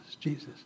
Jesus